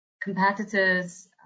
competitors